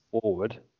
forward